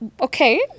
Okay